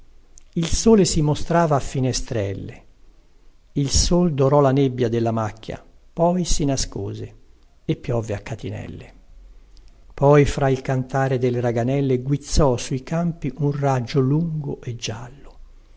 il sole si mostrava a finestrelle il sol dorò la nebbia della macchia poi si nascose e piovve a catinelle poi tra il cantare delle raganelle guizzò sui campi un raggio lungo e giallo